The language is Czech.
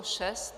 6.